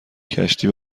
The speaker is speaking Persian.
کشتی